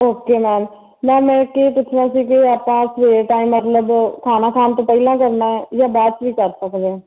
okay ma'am ma'am ਕੀ ਪੁੱਛਣਾ ਸੀ ਕਿ ਆਪਾਂ ਸਵੇਰ ਟਾਈਮ ਮਤਲਬ ਖਾਣਾ ਖਾਣ ਤੋਂ ਪਹਿਲਾਂ ਕਰਨਾ ਜਾਂ ਬਾਅਦ 'ਚ ਵੀ ਕਰ ਸਕਦੇ